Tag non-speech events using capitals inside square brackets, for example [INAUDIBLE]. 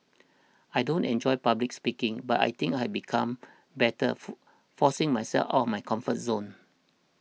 I don't enjoy public speaking but I think I've become better [UNINTELLIGIBLE] forcing myself out of my comfort zone